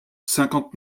cinquante